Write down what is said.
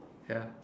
ya